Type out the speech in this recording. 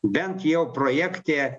bent jau projekte